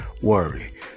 worry